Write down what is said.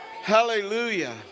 Hallelujah